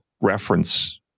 reference